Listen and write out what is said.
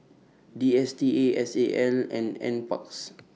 D S T A S A L and N Parks